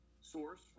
source